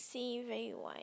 see very wide